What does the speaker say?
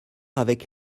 avec